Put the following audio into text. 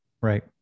right